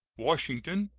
washington,